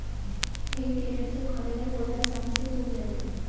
हेइ टेडर से उखाड़े गए पौधे आसानी से सूख जाते हैं